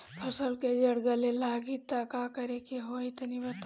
फसल के जड़ गले लागि त का करेके होई तनि बताई?